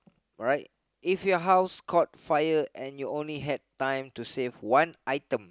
alright if your house caught fire and you only had time to save one item